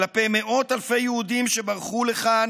כלפי מאות אלפי יהודים שברחו לכאן,